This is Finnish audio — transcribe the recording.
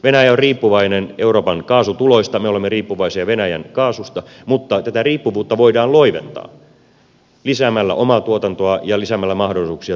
venäjä on riippuvainen euroopan kaasutuloista me olemme riippuvaisia venäjän kaasusta mutta tätä riippuvuutta voidaan loiventaa lisäämällä omaa tuotantoa ja lisäämällä mahdollisuuksia tuoda